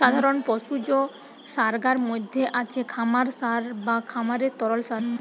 সাধারণ পশুজ সারগার মধ্যে আছে খামার সার বা খামারের তরল সার